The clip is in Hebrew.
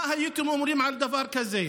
מה הייתם אומרים על דבר כזה?